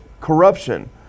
corruption